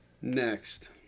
Next